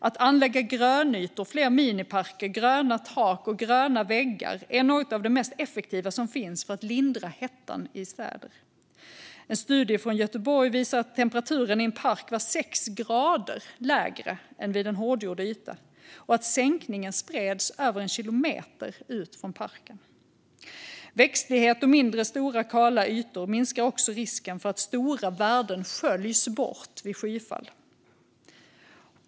Att anlägga fler grönytor, miniparker, gröna tak och gröna väggar är något av det mest effektiva som finns för att lindra hettan i städer. En studie från Göteborg visar att temperaturen i en park var sex grader lägre än vid en hårdgjord yta och att sänkningen spreds över en kilometer ut från parken. Växtlighet och mindre stora kala ytor minskar också risken för att stora värden sköljs bort vid skyfall.